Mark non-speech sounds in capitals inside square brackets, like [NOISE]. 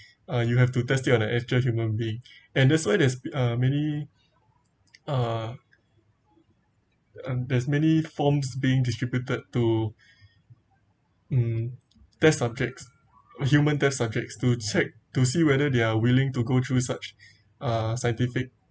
uh you have to test it on a actual human being and that's why there's uh many err and there's many forms being distributed to [BREATH] mm test subjects human test subjects to check to see whether they are willing to go through such uh scientific